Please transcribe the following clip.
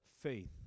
Faith